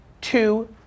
Two